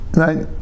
right